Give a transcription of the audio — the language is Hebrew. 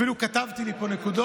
אפילו כתבתי לי פה נקודות,